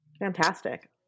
Fantastic